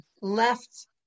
left